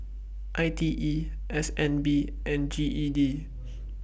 I T E S N B and G E D